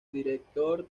director